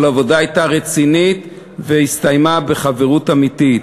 העבודה הייתה רצינית והסתיימה בחברות אמיתית.